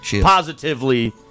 positively